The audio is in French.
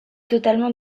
totalement